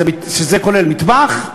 שזה כולל מטבח,